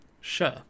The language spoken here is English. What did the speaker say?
Sure